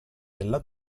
della